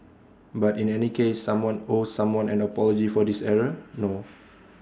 but in any case someone owes someone an apology for this error no